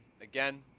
again